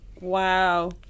Wow